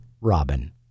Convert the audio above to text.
Robin